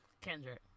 Kendrick